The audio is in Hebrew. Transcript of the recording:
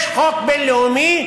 יש חוק בין-לאומי,